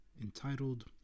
entitled